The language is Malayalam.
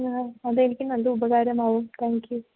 ആ അതെനിക്ക് നല്ല ഉപകാരമാവും താങ്ക്യൂ